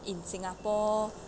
in singapore